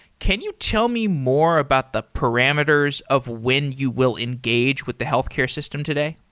can you tell me more about the parameters of when you will engage with the healthcare system today?